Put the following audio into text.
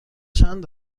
چند